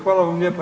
Hvala vam lijepa.